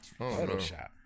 Photoshop